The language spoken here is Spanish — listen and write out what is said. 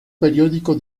periódico